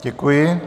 Děkuji.